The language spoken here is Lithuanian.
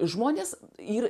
žmonės ir